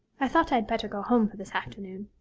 i thought i had better go home for this afternoon.